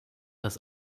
das